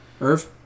Irv